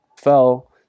fell